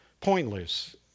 pointless